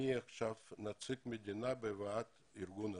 אני עכשיו נציג המדינה בוועד הארגון הזה.